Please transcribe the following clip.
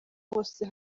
bose